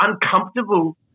uncomfortable